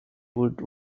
would